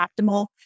optimal